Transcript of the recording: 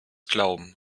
glauben